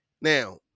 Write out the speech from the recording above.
now